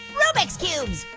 rubik's cubes.